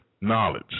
knowledge